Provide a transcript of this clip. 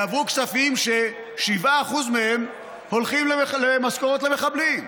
יעברו כספים ש-7% מהם הולכים למשכורות למחבלים.